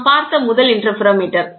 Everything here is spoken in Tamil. நாம் பார்த்த முதல் இன்டர்ஃபெரோமீட்டர்